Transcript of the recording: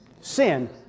Sin